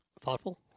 Thoughtful